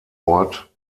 ort